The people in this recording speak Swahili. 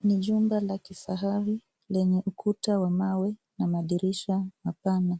Ni jumba la kifahari lenye ukuta wa mawe na madirisha mapana.